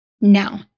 Now